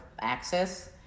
access